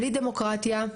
בלי דמוקרטיה,